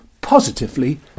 positively